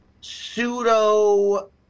pseudo